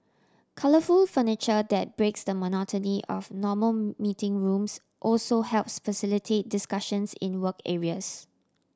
colourful furniture that breaks the monotony of normal meeting rooms also helps facilitate discussions in work areas